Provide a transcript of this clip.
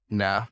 no